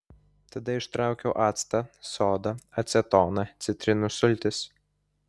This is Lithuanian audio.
tada ištraukiau actą sodą acetoną citrinų sultis